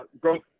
growth